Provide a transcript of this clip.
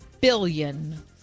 billion